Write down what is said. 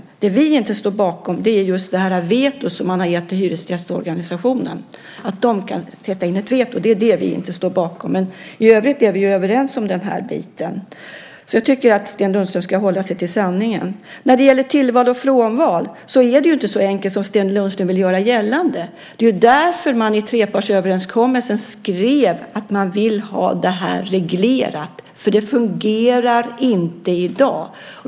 Det vi inte står bakom är just det veto som man har gett till hyresgästorganisationen. I övrigt är vi överens om det här. Jag tycker att Sten Lundström ska hålla sig till sanningen. När det gäller tillval och frånval är det ju inte så enkelt som Sten Lundström vill göra gällande. Det är ju därför man i trepartsöverenskommelsen skrev att man vill ha det här reglerat, för det fungerar inte i dag.